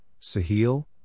Sahil